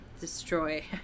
destroy